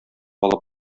алып